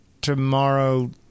tomorrow